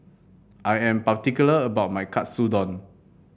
I am particular about my Katsudon